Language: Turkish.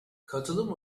katılım